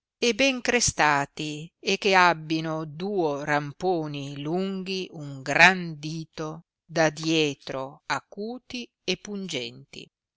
e ben crestati e che abbino duo ramponi lunghi un gran dito da dietro acuti e pungenti